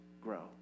grow